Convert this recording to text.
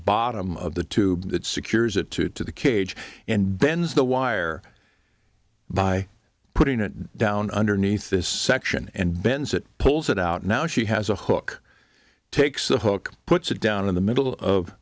bottom of the tube that secures it to to the cage and bends the wire by putting it down underneath this section and bends it pulls it out now she has a hook takes the hook puts it down in the middle of